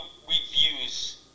reviews